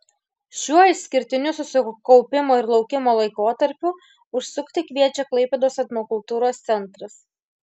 šiuo išskirtiniu susikaupimo ir laukimo laikotarpiu užsukti kviečia klaipėdos etnokultūros centras